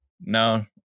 No